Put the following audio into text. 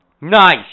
Nice